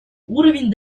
уровень